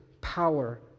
power